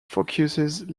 focuses